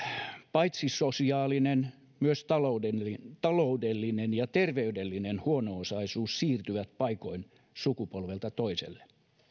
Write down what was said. paitsi sosiaalinen myös taloudellinen taloudellinen ja terveydellinen huono osaisuus siirtyy paikoin sukupolvelta toiselle